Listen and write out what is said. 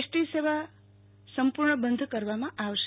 ST સેવા સંપૂર્ણ બંધ કરવામાં આવશે